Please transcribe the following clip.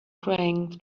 praying